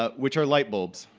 ah which are light bulbs.